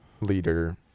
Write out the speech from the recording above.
Leader